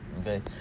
Okay